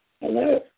Hello